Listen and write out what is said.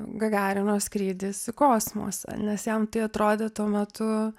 gagarino skrydis į kosmosą nes jam tai atrodė tuo metu